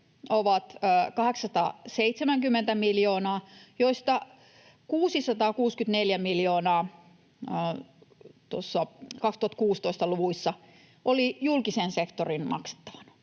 ovat 870 miljoonaa, joista 664 miljoonaa noissa vuoden 2016 luvuissa oli julkisen sektorin maksettavana